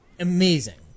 Amazing